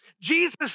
Jesus